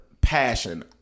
passion